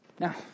Now